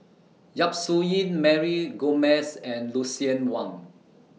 Yap Su Yin Mary Gomes and Lucien Wang